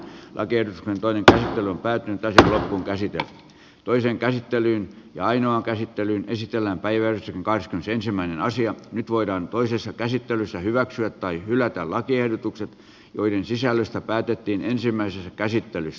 aker toimi taistelun pää tai käsitele toiseen käsittelyyn ja ainoa käsittelyyn esitellään päivän kai se ensimmäinen nyt voidaan toisessa käsittelyssä hyväksyä tai hylätä lakiehdotukset joiden sisällöstä päätettiin ensimmäisessä käsittelyssä